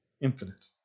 infinite